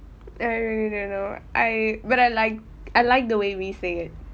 I really don't know I but I like I like the way we say it